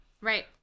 Right